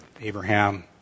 Abraham